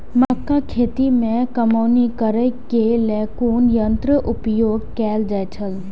मक्का खेत में कमौनी करेय केय लेल कुन संयंत्र उपयोग कैल जाए छल?